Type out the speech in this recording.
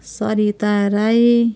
Sarita Rai